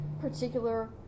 particular